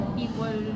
people